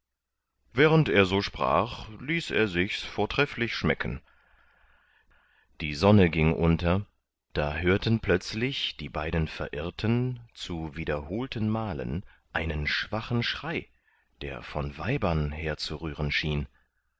während er so sprach ließ er sich's vortrefflich schmecken die sonne ging unter da hörten plötzlich die beiden verirrten zu wiederholten malen einen schwachen schrei der von weibern herzurühren schien